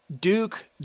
Duke